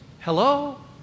hello